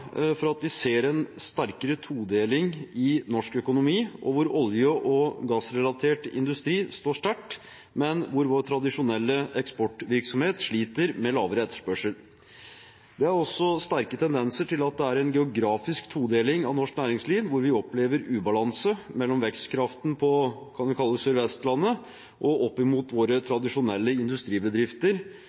over at vi ser en sterkere todeling i norsk økonomi, hvor olje- og gassrelatert industri står sterkt, men hvor vår tradisjonelle eksportvirksomhet sliter med lavere etterspørsel. Det er også sterke tendenser til en geografisk todeling av norsk næringsliv, hvor vi opplever ubalanse mellom vekstkraften på det vi kan kalle Sør-Vestlandet, og våre tradisjonelle industribedrifter